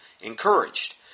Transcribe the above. encouraged